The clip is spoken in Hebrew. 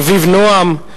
אביו נועם,